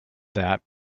that